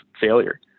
failure